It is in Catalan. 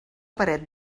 paret